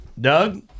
Doug